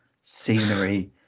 scenery